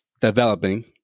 developing